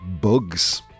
bugs